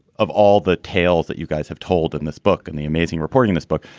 of all the tales that you guys have told in this book and the amazing reporting, this book.